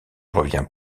revient